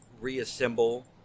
reassemble